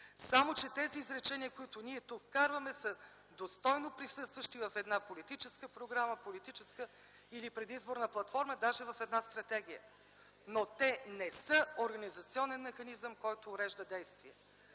само че изреченията, които тук вкарваме, са достойно присъстващи в една политическа програма, политическа или предизборна платформа, даже в една стратегия, но те не са организационен механизъм, който урежда действие.